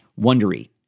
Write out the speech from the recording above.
Wondery